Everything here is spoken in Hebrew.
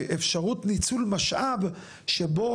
מאפשרות ניצול משאב שבו,